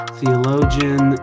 theologian